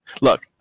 look